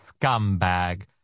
scumbag